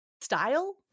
style